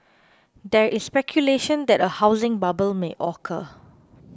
there is speculation that a housing bubble may occur